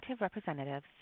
representatives